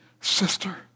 sister